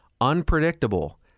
unpredictable